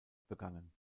begangen